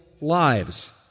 lives